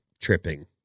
tripping